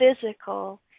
physical